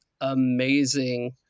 amazing